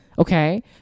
Okay